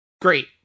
Great